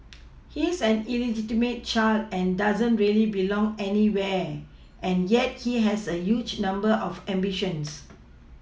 he's an illegitimate child and doesn't really belong anywhere and yet he has a huge number of ambition